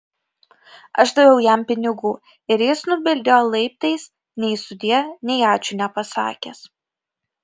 aš daviau jam pinigų ir jis nubildėjo laiptais nei sudie nei ačiū nepasakęs